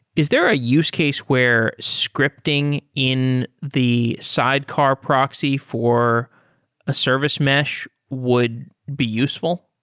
is there a use case where scripting in the sidecar proxy for a service mesh would be useful?